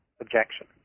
objection